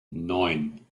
neun